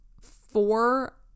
four